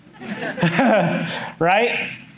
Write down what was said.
Right